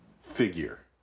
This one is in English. figure